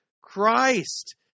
Christ